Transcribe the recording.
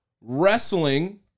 wrestling